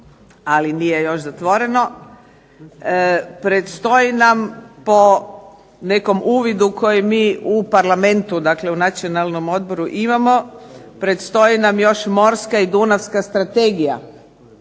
ali nije još zatvoreno predstoji nam po nekom uvidu koji mi u Parlamentu, dakle u Nacionalnom odboru imamo predstoji nam još morska i dunavska strategija